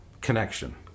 connection